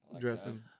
Dressing